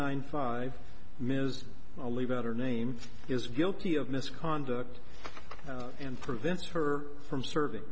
nine five ms i'll leave out her name is guilty of misconduct and prevents her from serving